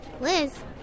Liz